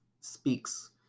speaks